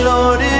Lord